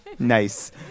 Nice